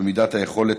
במידת היכולת,